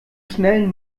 schnell